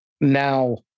Now